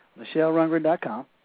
michellerungren.com